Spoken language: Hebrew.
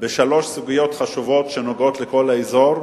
בשלוש סוגיות חשובות שנוגעות לכל האזור.